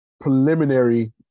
preliminary